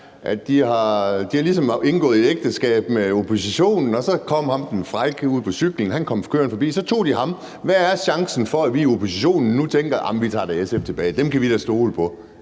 at de ligesom har indgået et ægteskab med oppositionen, at så kom ham den frække kørende forbi på cyklen, og at så tog de ham. Hvad er chancerne for, at vi i oppositionen nu tænker, at vi da tager SF tilbage, for dem kan vi da stole på?